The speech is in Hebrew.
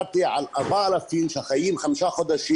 הוא יודע את הבעיה הזאת והוא כבר שלוש